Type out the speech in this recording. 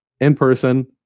in-person